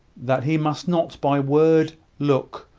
that he must not by word, look,